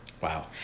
Wow